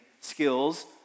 skills